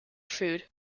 food